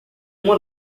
uma